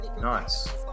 Nice